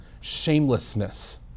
shamelessness